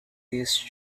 list